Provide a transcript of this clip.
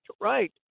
right